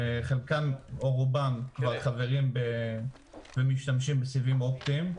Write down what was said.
שחלקם, או רובם, כבר משתמשים בסיבים אופטיים.